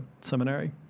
seminary